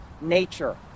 nature